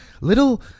little